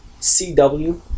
CW